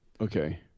Okay